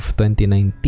2019